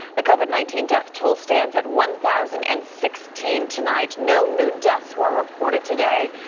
the covid nineteen death toll stands at one thousand and sixteen tonight, no new deaths were reported today.